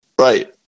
Right